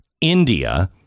India